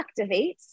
activates